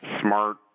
smart